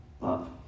love